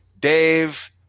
Dave